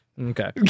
okay